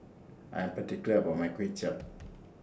I Am particular about My Kuay Chap